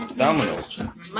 dominoes